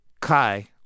Kai